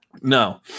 No